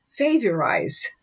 favorize